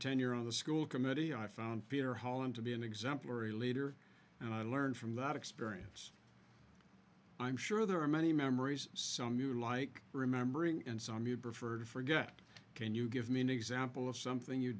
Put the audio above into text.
tenure on the school committee i found peter hall him to be an exemplary leader and i learned from that experience i'm sure there are many memories some you like remembering and some you preferred forget can you give me an example of something you